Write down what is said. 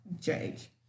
change